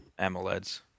AMOLEDs